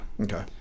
Okay